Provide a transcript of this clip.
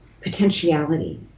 potentiality